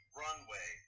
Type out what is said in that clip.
runway